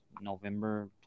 November